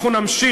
אנחנו נמשיך,